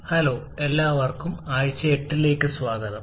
hello എല്ലാവർക്കും ആഴ്ച 8 ലേക്ക് സ്വാഗതം